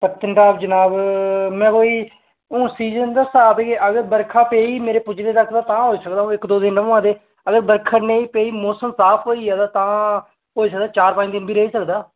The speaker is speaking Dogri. पत्नीटाप जनाब में कोई हून सीजन दस्सा दा भई अगर बरखा पेई मेरे पुज्जने तक तां होई सकदा कोई इक दो दिन र'वां ते अगर बरखा नेईं पेई मौसम साफ होई गेआ ते तां होई सकदा चार पंज दिन बी रेही सकदा